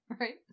right